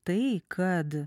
tai kad